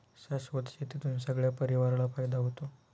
शाश्वत शेतीतून सगळ्या परिवाराला फायदा होतो